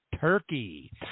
Turkey